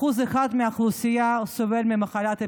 1% מהאוכלוסייה סובל ממחלת אפילפסיה.